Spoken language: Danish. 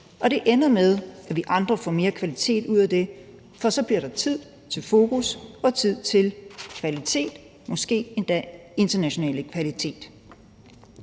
og det ender med, at vi andre får mere kvalitet ud af det, for så bliver der tid til fokus og tid til kvalitet, måske endda international kvalitet.